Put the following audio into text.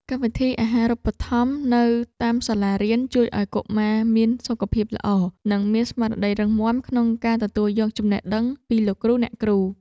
កម្មវិធីអាហាររូបត្ថម្ភនៅតាមសាលារៀនជួយឱ្យកុមារមានសុខភាពល្អ និងមានស្មារតីរឹងមាំក្នុងការទទួលយកចំណេះដឹងពីលោកគ្រូអ្នកគ្រូ។